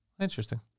Interesting